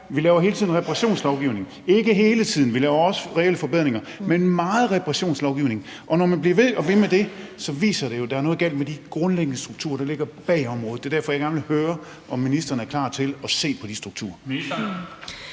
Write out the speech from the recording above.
at vi hele tiden laver reparationslovgivning, ikke hele tiden – vi laver også reelle forbedringer – men meget reparationslovgivning, og når man bliver ved og ved med det, viser det jo, at der er noget galt med de grundlæggende strukturer, der ligger bag, på området. Det er derfor, jeg gerne vil høre, om ministeren er klar til at se på de strukturer.